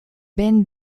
ben